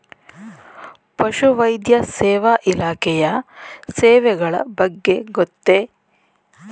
ಪಶುವೈದ್ಯ ಸೇವಾ ಇಲಾಖೆಯ ಸೇವೆಗಳ ಬಗ್ಗೆ ಗೊತ್ತೇ?